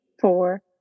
four